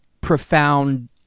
profound-